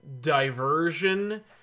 diversion